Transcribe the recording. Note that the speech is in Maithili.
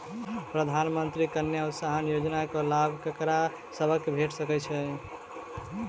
मुख्यमंत्री कन्या उत्थान योजना कऽ लाभ ककरा सभक भेट सकय छई?